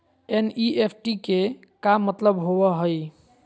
NEFT के का मतलव होव हई?